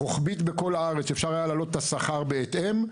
רוחבית בכל הארץ אפשר היה להעלות את השכר בהתאם,